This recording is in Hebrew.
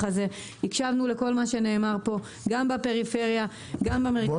הזה - הקשבנו לכל מה שנאמר כאן ויהיו גם בפריפריה וגם במרכז.